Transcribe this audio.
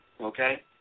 Okay